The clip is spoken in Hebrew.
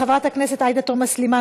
חברת הכנסת עאידה תומא סלימאן,